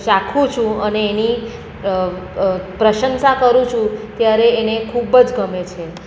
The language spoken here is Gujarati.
ચાખું છું અને એની પ્રશંસા કરું છું ત્યારે એને ખૂબ જ ગમે છે